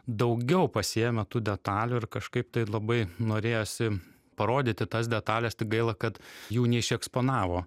daugiau pasiėmę tų detalių ir kažkaip tai labai norėjosi parodyti tas detalės tik gaila kad jų neišeksponavo